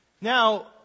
Now